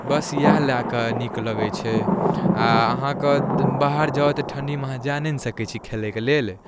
बस इएह लऽ कऽ नीक लगै छै आओर अहाँके बाहर जाउ तऽ ठण्डीमे अहाँ जा नहि ने सकै छी कहीँ खेलैके लेल